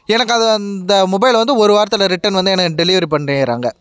எனக்கு அது அந்த மொபைல் வந்து ஒரு வாரத்தில் ரிட்டன் வந்து எனக்கு டெலிவரி பண்ணிடுறாங்க